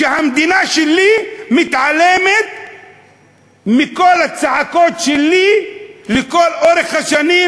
כשהמדינה שלי מתעלמת מכל הצעקות שלי לכל אורך השנים.